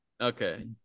Okay